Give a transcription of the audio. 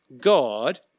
God